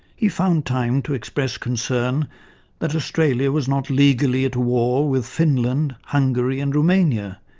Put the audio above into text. he found time to express concern that australia was not legally at war with finland, hungary and romania,